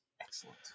Excellent